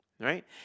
right